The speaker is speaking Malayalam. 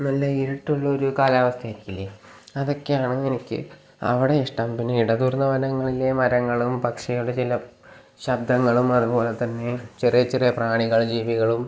നല്ല ഇരുട്ടുള്ള ഒരു കാലവസ്ഥയാരിക്കില്ലെ അതൊക്കെയാണ് എനിക്ക് അവിടെയിഷ്ടം പിന്നെ ഇടതൂർന്ന വനങ്ങളിലെ മരങ്ങളും പക്ഷിയുടെ ചില ശബ്ദങ്ങളും അതുപോലെതന്നെ ചെറിയ ചെറിയ പ്രാണികൾ ജീവികളും